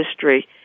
history